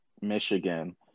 Michigan